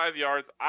yards